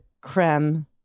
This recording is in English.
creme